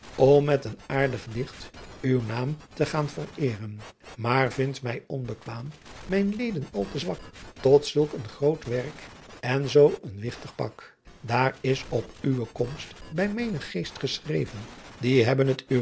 m met een aerdich dicht u naem te gaen vereeren aer vind my onbequaem mijn leden al te swack ot sulck een grooten werck en soo een wichtig pack aer is op uwe konst by menich geest geschreven ie hebben t